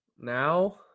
now